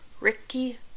Ricky